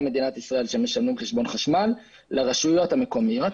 מדינת ישראל שמשלמים חשבון חשמל לרשויות המקומיות,